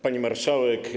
Pani Marszałek!